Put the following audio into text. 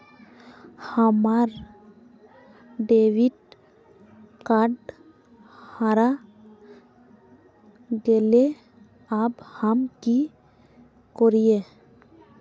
हमर debit card हरा गेले अब हम की करिये?